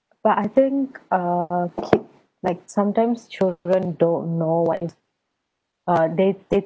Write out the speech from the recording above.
but I think uh kids like sometimes children don't know what uh they they